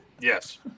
yes